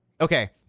Okay